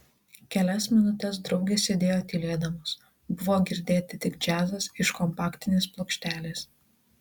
kelias minutes draugės sėdėjo tylėdamos buvo girdėti tik džiazas iš kompaktinės plokštelės